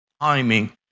timing